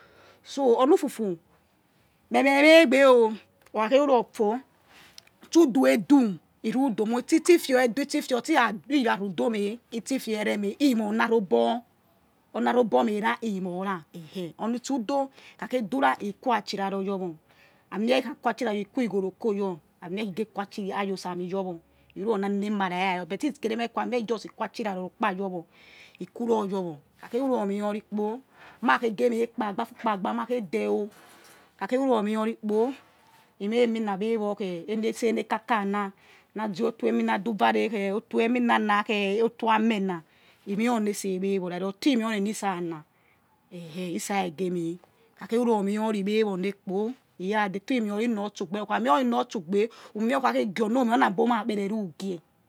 So̱ o̱ onu̱ fufu me meh regbe o̱ okhakhe ruror for tsu udo̱ he̱ du iru dome si tsi ifior re idu itsi ifio tse ni rạ rudo meh ste̱ ifio iremeh imoma roobo̱ meh ra̱ he̱ moi̱ ra̱ heke̱ onu itsu udo he̱ kha khe dura iqwachiraro yorwor amie ikhaginachira royor ne qui ghorokoyor amie he geh qui achira royor amie he geh quri achiraroyor amie he geh qui ayi osami yor wor iruro na ne emara era your but tise kere meh kua amie khi just qur achuriaroy owo okpe yor wor iquro your wo kpoma khege meh he kpaba amie afukpayba ma khe de̱h o̱ khakhe ruror meh ori kpo ime emina ybewo khe eri ese ne kaka na na zi otor emi na du va re̱ na na zoitor otoreminana khe oto amena he̱ mee o̱mi ese̱ gbeowo rari oti me e̱ ni eni isa na̱ elokeh isa eyemi ne kha kha ruromeorigbe wor nekpo he ra detor imeo ri notsy ukha meo̱ ori nor notsugbe ukhakhe ghie oni onri oya na be omin akpere rughire